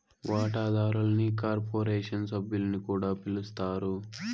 వాటాదారుల్ని కార్పొరేషన్ సభ్యులని కూడా పిలస్తారు